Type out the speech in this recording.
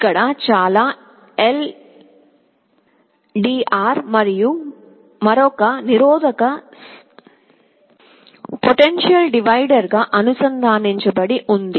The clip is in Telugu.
ఇక్కడ చాలా LDR మరియు మరొక నిరోధకత సంభావ్య డివైడర్గా అనుసంధానించబడి ఉంది